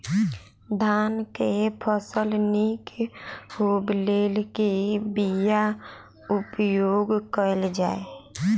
धान केँ फसल निक होब लेल केँ बीया उपयोग कैल जाय?